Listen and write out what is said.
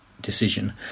decision